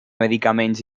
medicaments